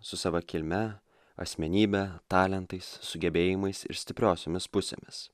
su sava kilme asmenybe talentais sugebėjimais ir stipriosiomis pusėmis